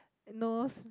no